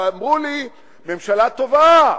ואמרו לי ממשלה טובה,